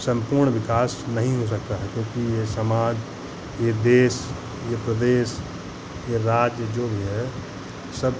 सम्पूर्ण विकास नहीं हो सकता है क्योंकि ये समाज ये देश ये प्रदेश ये राज्य जो भी है सब